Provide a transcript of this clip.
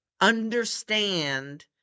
understand